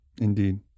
Indeed